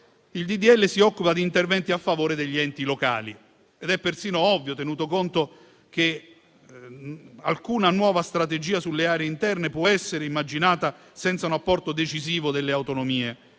legge si occupa di interventi a favore degli enti locali. Ed è persino ovvio, tenuto conto che alcuna nuova strategia sulle aree interne può essere immaginata senza un apporto decisivo delle autonomie